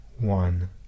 one